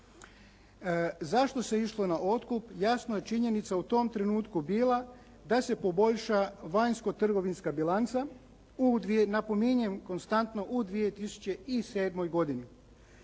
Zašto se išlo na otkup jasna je činjenica u tom trenutku bila da se poboljša vanjsko-trgovinska bilanca, napominjem konstantno, u 2007. godini